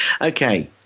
Okay